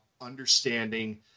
understanding